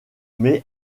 mai